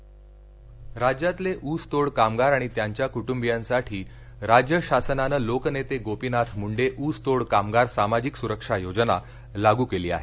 ऊस तोडणी कामगार राज्यातले ऊसतोड कामगार आणि त्यांच्या कुटुंबियांसाठी राज्य शासनानं लोकनेते गोपीनाथ मुंडे ऊसतोड कामगार सामाजिक सुरक्षा योजना लागू केली आहे